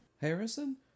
Harrison